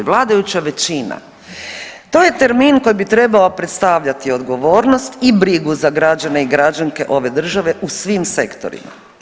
Vladajuća većina, to je termin koji bi trebao predstavljati odgovornost i brigu za građane i građanke ove države u svim sektorima.